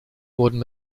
wurden